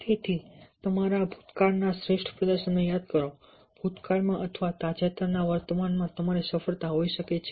તેથી તમારા ભૂતકાળના શ્રેષ્ઠ પ્રદર્શનને યાદ કરો ભૂતકાળમાં અથવા તાજેતરના વર્તમાનમાં તમારી સફળતા હોઈ શકે છે